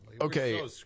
Okay